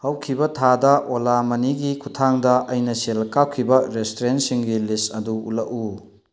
ꯍꯧꯈꯤꯕ ꯊꯥꯗ ꯑꯣꯂꯥ ꯃꯅꯤꯒꯤ ꯈꯨꯊꯥꯡꯗ ꯑꯩꯅ ꯁꯦꯜ ꯀꯥꯞꯈꯤꯕ ꯔꯦꯁꯇꯨꯔꯦꯟꯁꯤꯡꯒꯤ ꯂꯤꯁ ꯑꯗꯨ ꯎꯠꯂꯛꯎ